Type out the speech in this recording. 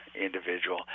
individual